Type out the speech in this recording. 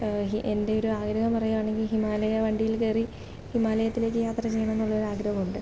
എൻറ്റൊരാഗ്രഹം പറയുകയാണെങ്കിൽ ഹിമാലയ വണ്ടിയിൽ കയറി ഹിമാലയത്തിലേക്ക് യാത്ര ചെയ്യുണം എന്നുള്ളൊരാഗ്രഹമുണ്ട്